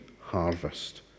harvest